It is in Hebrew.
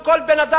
כמובן,